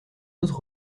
autre